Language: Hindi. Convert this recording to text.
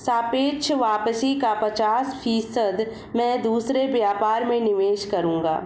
सापेक्ष वापसी का पचास फीसद मैं दूसरे व्यापार में निवेश करूंगा